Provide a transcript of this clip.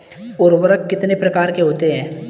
उर्वरक कितने प्रकार के होते हैं?